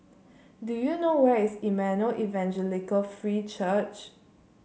do you know where is Emmanuel Evangelical Free Church